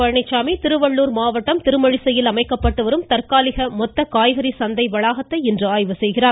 பழனிச்சாமி திருவள்ளுர் மாவட்டம் திருமழிசையில் அமைக்கப்பட்டு வரும் தற்காலிக மொத்த காய்கறி சந்தை வளாகத்தை இன்று ஆய்வு செய்கிறார்